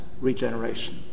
regeneration